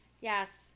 Yes